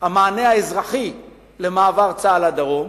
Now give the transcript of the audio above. המענה האזרחי למעבר צה"ל לדרום,